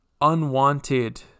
unwanted